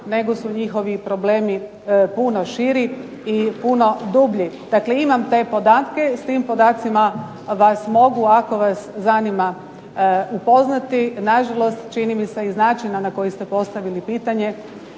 nego su njihovi problemi puno širi i puno dublji. Dakle, imam te podatke, s tim podacima vas mogu ako vas zanima upoznati. Nažalost, čini mi se iz načina na koji ste postavili pitanje